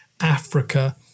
Africa